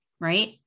right